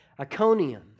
Iconium